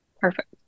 Perfect